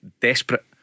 desperate